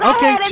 Okay